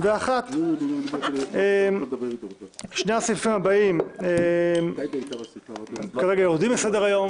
2021. שני הסעיפים הבאים כרגע יורדים מסדר-היום.